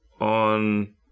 on